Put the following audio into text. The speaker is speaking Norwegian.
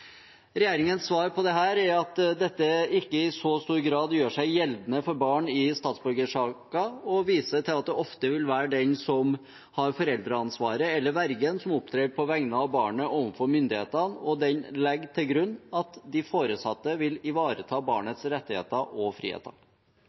Regjeringens svar på det er at dette ikke i så stor grad gjør seg gjeldende for barn i statsborgersaker. De viser til at det ofte vil være den som har foreldreansvaret, eller vergen, som opptrer på vegne av barnet overfor myndighetene, og legger til grunn at de foresatte vil ivareta